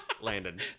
Landon